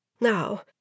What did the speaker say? Now